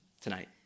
tonight